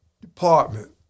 department